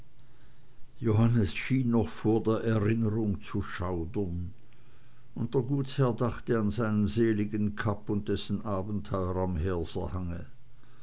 johannes schien noch vor der erinnerung zu schaudern und der gutsherr dachte an seinen seligen kapp und dessen abenteuer am